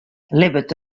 libbet